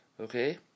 okay